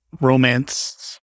romance